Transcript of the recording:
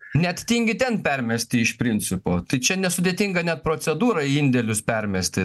net tingi ten permesti iš principo tai čia nesudėtinga net procedūra į indėlius permesti